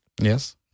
Yes